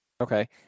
Okay